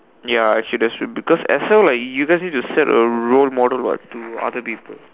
ya actually that's true because Excel like he just have to set a role model what to other people